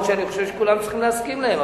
שאני חושב שכולם צריכים להסכים להם,